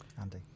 Andy